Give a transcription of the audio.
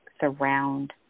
surround